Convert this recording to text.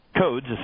codes